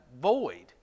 void